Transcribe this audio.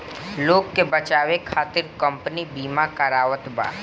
लोग के बचावे खतिर कम्पनी बिमा करावत बा